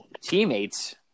teammates